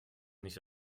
nicht